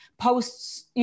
posts